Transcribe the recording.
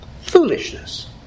Foolishness